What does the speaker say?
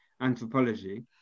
anthropology